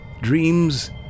Dreams